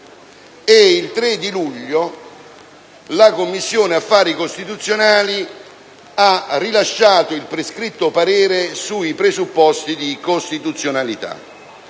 il 3 luglio la Commissione affari costituzionali ha rilasciato il prescritto parere sui presupposti di costituzionalità.